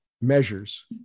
measures